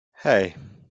hey